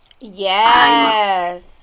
Yes